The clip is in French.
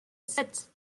sept